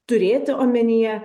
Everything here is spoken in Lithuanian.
turėti omenyje